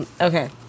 Okay